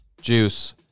juice